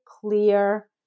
clear